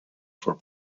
for